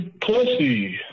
pussy